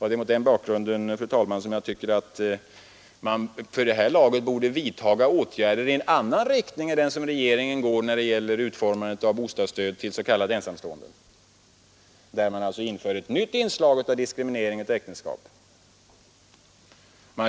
Det är mot den bakgrunden, fru talman, som jag tycker att man vid det här laget borde vidtaga åtgärder i en annan riktning än den som regeringen går när det gäller utformandet av bostadsstöd till s.k. ensamstående, där man alltså inför ett nytt inslag av diskriminering av äktenskapet.